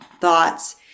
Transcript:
thoughts